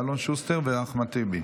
אלון שוסטר ואחמד טיבי.